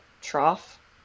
trough